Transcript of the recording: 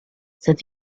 said